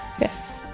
Yes